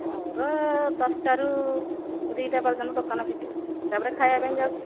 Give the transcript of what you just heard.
ମୋର ଦଶଟାରୁ ଦୁଇଟା ପର୍ଯ୍ୟନ୍ତ ଦୋକାନ ଫିଟଉଛି ତା'ପରେ ଖାଇବା ପାଇଁ ଯାଉଛି